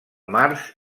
març